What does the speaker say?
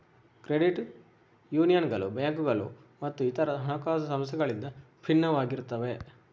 credit ಯೂನಿಯನ್ಗಳು ಬ್ಯಾಂಕುಗಳು ಮತ್ತು ಇತರ ಹಣಕಾಸು ಸಂಸ್ಥೆಗಳಿಂದ ಭಿನ್ನವಾಗಿರುತ್ತವೆ